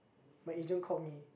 my agent called me